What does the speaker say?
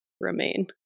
remain